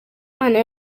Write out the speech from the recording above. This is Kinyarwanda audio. imana